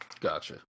Gotcha